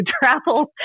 travel